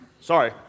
Sorry